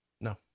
no